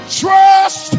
trust